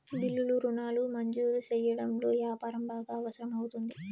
బిల్లులు రుణాలు మంజూరు సెయ్యడంలో యాపారం బాగా అవసరం అవుతుంది